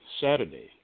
Saturday